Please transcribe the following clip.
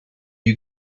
you